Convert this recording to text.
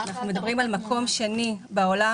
אנחנו מדברים על מקום שני בעולם.